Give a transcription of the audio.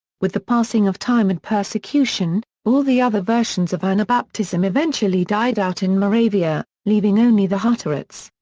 with the passing of time and persecution, all the other versions of anabaptism eventually died out in moravia, leaving only the hutterites.